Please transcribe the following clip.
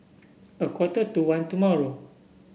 a quarter to one tomorrow